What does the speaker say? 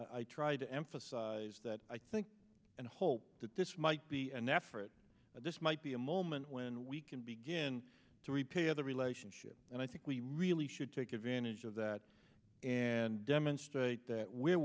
i try to emphasize that i think and hope that this might be an effort this might be a moment when we can begin to repay other relationships and i think we really should take advantage of that and demonstrate that we're